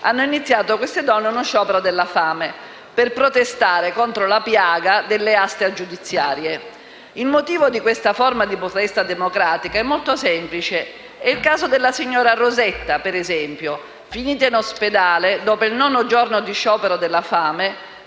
sono passati parecchi giorni - uno sciopero della fame per protestare contro la piaga delle aste giudiziarie. Il motivo di questa forma di protesta democratica è molto semplice e il caso della signora Rosetta, finita in ospedale dopo il nono giorno di sciopero della fame,